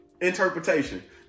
interpretation